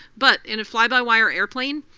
but in a fly-by-wire airplane,